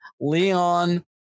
Leon